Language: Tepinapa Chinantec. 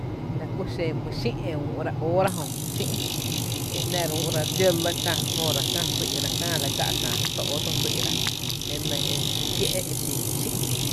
La kú xeen mý xï’ e úú’ra óóra jö mý xÿ’ e nⱥ’ re úú’ra dxó lɇ kä jöra kä sý’ra kä la gá’ kä tó óoó tó sý’ra, e nɇ fí kié’ e xin mý sï’.